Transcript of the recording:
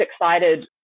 excited